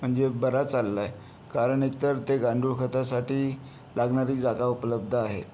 म्हणजे बरा चालला आहे कारण एक तर ते गांडूळ खतासाठी लागणारी जागा उपलब्ध आहे